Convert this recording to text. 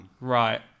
right